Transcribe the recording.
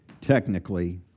technically